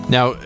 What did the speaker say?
Now